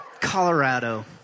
Colorado